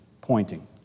pointing